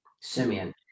Simeon